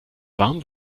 warm